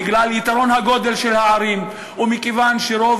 בגלל יתרון הגודל של הערים ומכיוון שרוב